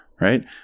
right